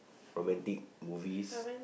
romantic movies